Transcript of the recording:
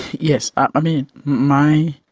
yes. i mean, my